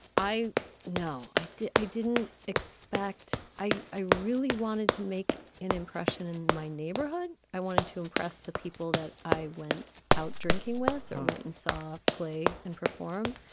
i know i did. i didn't expect. i i really wanted to make an impression in my neighborhood. i wanted to impress the people that i went out drinking with. i went and saw play and perform.